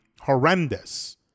horrendous